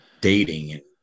dating